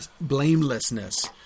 blamelessness